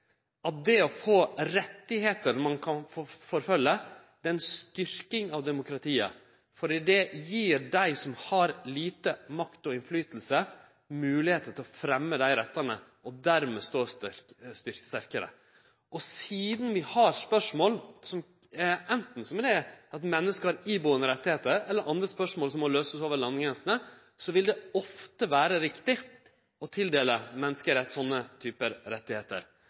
at det å få rettar ein kan følgje opp, er ei styrking av demokratiet, for det gjev dei som har lite makt og innflytelse, moglegheit til å fremje dei rettane og dermed stå sterkare. Sidan vi har spørsmål f.eks. knytte til at menneske har ibuande rettar, eller andre spørsmål som må løysast over landegrensene, vil det ofte vere riktig å tildele